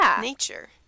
nature